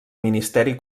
ministeri